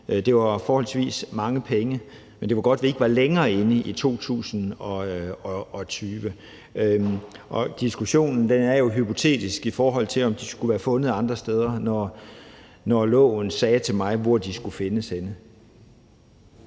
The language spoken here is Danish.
Det var forholdsvis mange penge, men det var godt, at vi ikke var længere inde i 2022. Og diskussionen er jo hypotetisk, i forhold til om de skulle være fundet andre steder, når loven sagde til mig, hvor de skulle findes henne.